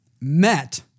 met